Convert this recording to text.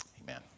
Amen